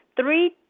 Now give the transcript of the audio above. three